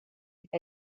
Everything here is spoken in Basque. eta